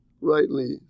rightly